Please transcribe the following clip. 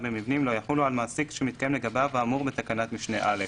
לא יחולו על מעסיק שמתקיים לגביו האמור בתקנת משנה (א).